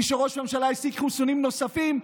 וראש הממשלה השיג חיסונים נוספים,